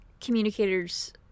communicators